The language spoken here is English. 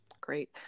Great